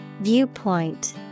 Viewpoint